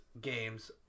games